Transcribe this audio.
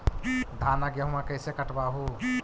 धाना, गेहुमा कैसे कटबा हू?